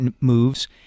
moves